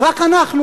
רק אנחנו,